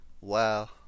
Wow